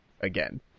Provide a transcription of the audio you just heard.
again